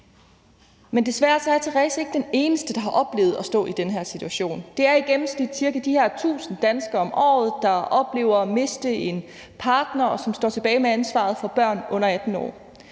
Men desværre er Therese ikke den eneste, der har oplevet at stå i den her situation. Det er i gennemsnit de her ca. 1.000 danskere om året, der oplever at miste en partner, og som står tilbage med ansvaret for børn under 18 år.